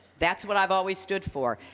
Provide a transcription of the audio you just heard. that's what i've always stood for.